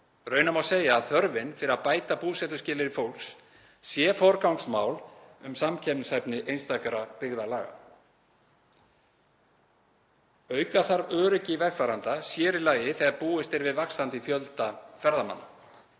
Raunar má segja að þörfin fyrir að bæta búsetuskilyrði fólks sé forgangsmál um samkeppnishæfni einstakra byggðarlaga. Auka þarf öryggi vegfarenda, sér í lagi þegar búist er við vaxandi fjölda ferðamanna,